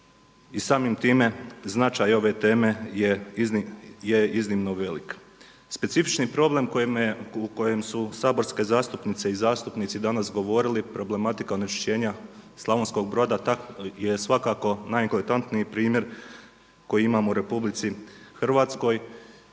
samim time značaj ove teme je iznimno velik. Specifični problem koji me, u kojem su saborske zastupnice i zastupnici danas govorili problematika onečišćenja Slavonskog Broda je svakako najeklatantniji primjer koji imamo u Republici Hrvatskoj